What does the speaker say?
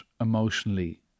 emotionally